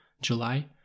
July